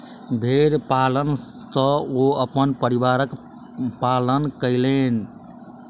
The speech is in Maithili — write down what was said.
भेड़ पालन सॅ ओ अपन परिवारक पालन कयलैन